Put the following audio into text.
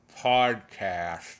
podcast